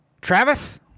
Travis